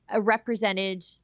represented